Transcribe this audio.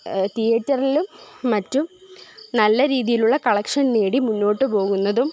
തീയേറ്ററിലും മറ്റും നല്ല രീതിയിലുള്ള കളക്ഷൻ നേടി മുന്നോട്ട് പോകുന്നതും